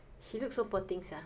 she looks so poor things sia